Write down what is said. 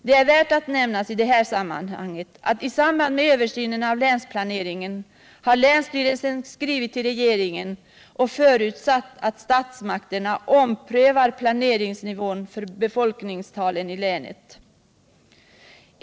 Det är värt att nämna att i samband med översynen av länsplaneringen har länsstyrelsen skrivit till regeringen och förutsatt att statsmakterna omprövar planeringsnivån för befolkningstalen i länen.